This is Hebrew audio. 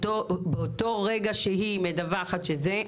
באותו רגע שהיא מדווחת שזה,